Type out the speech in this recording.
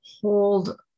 hold